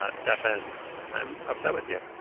ah stefan i'm upset with you.